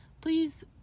please